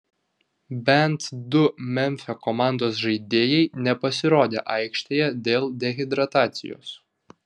bent du memfio komandos žaidėjai nepasirodė aikštėje dėl dehidratacijos